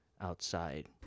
outside